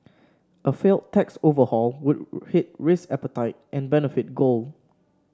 a failed tax overhaul would hit risk appetite and benefit gold